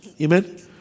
Amen